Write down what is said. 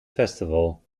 festival